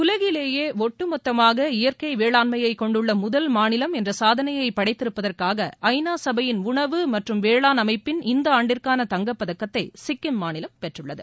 உலகிலேயே ஒட்டுமொத்தமாக இயற்கை வேளாண்மையை கொண்டுள்ள முதல் மாநிலம் என்ற சாதனையை படைத்திருப்பதற்காக ஐநா சடையின் உணவு மற்றம் வேளாண் அமைப்பின் இந்த ஆண்டிற்கான தங்கப்பதக்கத்தை சிக்கிம் மாநிலம் பெற்றுள்ளது